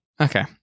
Okay